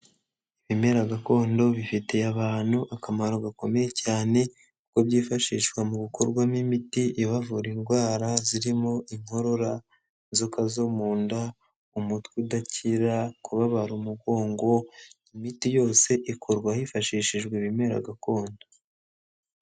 Ibimera gakondo bifitiye abantu akamaro gakomeye cyane kuko byifashishwa mu gukorwamo imiti ibavura indwara zirimo inkorora inzoka zo mu nda, umutwe udakiram, kubabara umugongo, imiti yose ikorwa hifashishijwe ibimera gakondo.